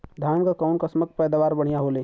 धान क कऊन कसमक पैदावार बढ़िया होले?